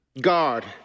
God